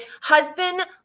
husband